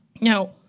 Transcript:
Now